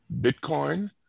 Bitcoin